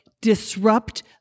disrupt